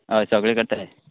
अय सगळें करतले